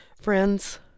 Friends